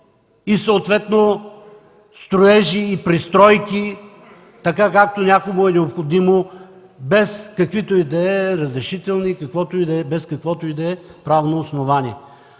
и съответно строежи и пристройки, както някому е необходимо, без каквито и да е разрешителни, без каквото и да е правно основание.